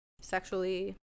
Sexually